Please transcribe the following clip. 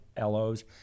LOs